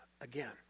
again